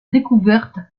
découvertes